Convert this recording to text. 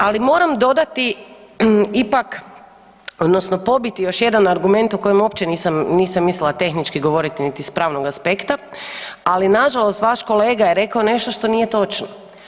Ali moram dodati ipak odnosno pobiti još jedan argument o kojem uopće nisam mislila tehnički govoriti niti s pravnog aspekta, ali nažalost vaš kolega je rekao nešto što nije točno.